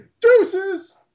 Deuces